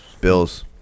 Bills